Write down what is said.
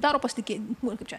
daro pasitikėjimą kaip čia